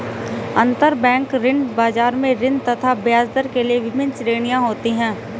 अंतरबैंक ऋण बाजार में ऋण तथा ब्याजदर के लिए विभिन्न प्रकार की श्रेणियां होती है